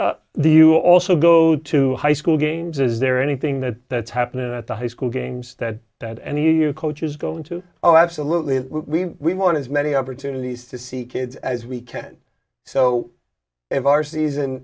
do you also go to high school games is there anything that that's happening at the high school games that that and you your coaches go into oh absolutely we want as many opportunities to see kids as we can so if our season